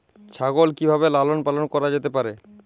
ছাগল কি ভাবে লালন পালন করা যেতে পারে?